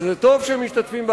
וטוב שכך,